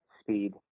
speed